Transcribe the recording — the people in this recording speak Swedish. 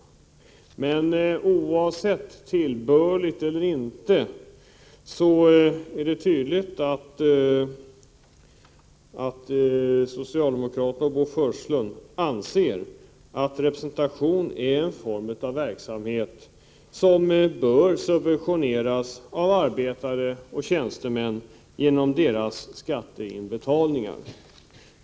; Oavsett om det är tillbörligt eller inte, är det tydligt att socialdemokraterna och Bo Forslund anser att representation är en form av verksamhet som bör subventioneras av arbetare och tjänstemän genom deras skatteinbetalningar.